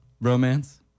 romance